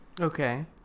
Okay